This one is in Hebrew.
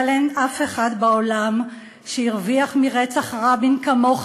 אבל אין אף אחד בעולם שהרוויח מרצח רבין כמוך,